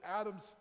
Adam's